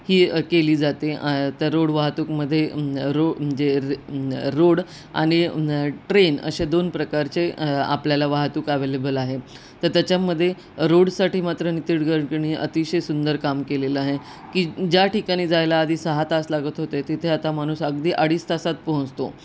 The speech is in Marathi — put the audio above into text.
ही केली जाते तर रोड वाहतूकमध्ये रो म्हणजे र रोड आणि ट्रेन असे दोन प्रकारचे आपल्याला वाहतूक अव्हेलेबल आहे तर त्याच्यामध्ये रोडसाठी मात्र नतीड गडकणी अतिशय सुंदर काम केलेलं आहे की ज्या ठिकाणी जायला आधी सहा तास लागत होते तिथे आता माणूस अगदी अडीच तासात पोहचतो